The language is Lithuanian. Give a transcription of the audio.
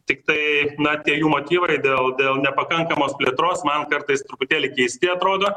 tiktai na tie jų motyvai dėl dėl nepakankamos plėtros man kartais truputėlį keisti atrodo